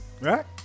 Right